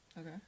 Okay